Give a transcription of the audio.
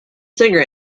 singer